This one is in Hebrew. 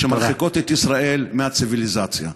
שמרחיקות את ישראל מהציוויליזציה.